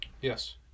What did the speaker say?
Yes